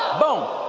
boom,